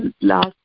last